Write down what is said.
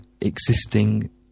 existing